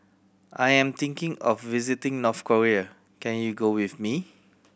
I am thinking of visiting North Korea can you go with me